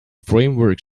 framework